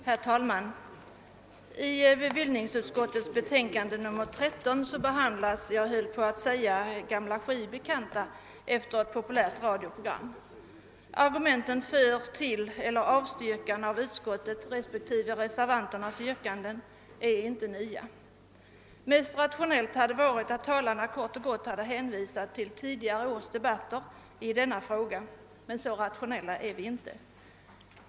Herr talman! I bevillningsutskottets betänkande nr 13 behandlas, jag höll på att säga, gamla skivbekanta som ett populärt radioprogram heter. Argumenten för utskottets avstyrkande och reservanternas yrkanden är inte nya. Mest rationellt hade det varit om talarna kort och gott hänvisat till tidigare års debatter i denna fråga, men så rationella är de inte.